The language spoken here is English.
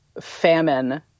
famine